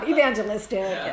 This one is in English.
Evangelistic